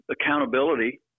accountability